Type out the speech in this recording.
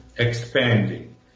Expanding